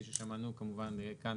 כפי ששמענו כמובן כאן